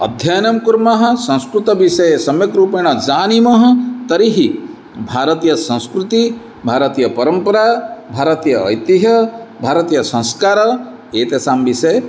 अध्ययनं कुर्मः संस्कृतविषये सम्यक् रूपेण जानीमः तर्हि भारतीयसंस्कृतिः भारतीयपरम्परा भारतीय ऐतिह्यं भारतीयसंस्कारः एतेषां विषये